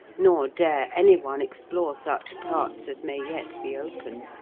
nor dare any one explore such parts as may yet be open.